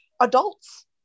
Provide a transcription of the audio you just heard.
adults